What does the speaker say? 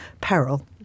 peril